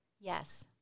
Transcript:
Yes